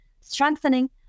strengthening